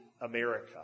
America